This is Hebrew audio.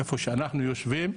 איפה שאנחנו יושבים,